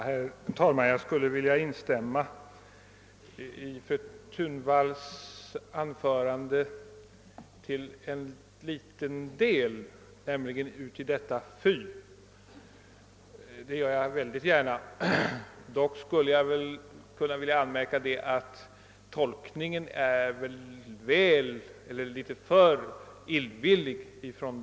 Herr talman! Jag skulle till en liten del kunna instämma i fru Thunvalls anförande, nämligen i det »fy» som hon yttrade. Dock skulle jag vilja anmärka att damtidningens tolkning var litet för illvillig.